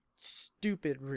stupid